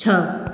छह